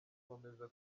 nkomeza